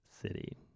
city